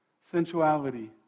sensuality